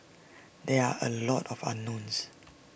there are A lot of unknowns